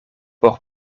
por